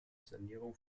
sanierung